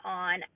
on